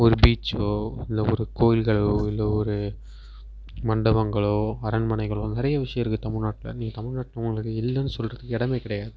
ஒரு பீச்சோ இல்லை ஒரு கோயில்களோ இல்லை ஒரு மண்டபங்களோ அரண்மனைகளோ நிறைய விஷயம் இருக்குது தமிழ்நாட்டில் நீங்கள் தமிழ்நாட்டில் உங்களுக்கு இல்லைன்னு சொல்வதுக்கு இடமே கிடையாது